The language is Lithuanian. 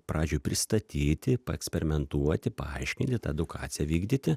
pradžioj pristatyti paeksperimentuoti paaiškinti tą edukaciją vykdyti